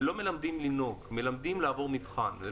מלמדים לנהוג, מלמדים לעבור מבחן נהיגה.